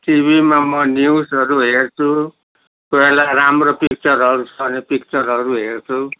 टिभीमा म न्युजहरू हेर्छु कोही बेला राम्रो पिक्चारहरू छ भने पिक्चारहरू हेर्छु